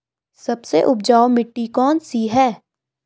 सबसे उपजाऊ मिट्टी कौन सी है?